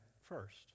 first